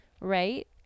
Right